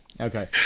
Okay